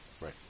right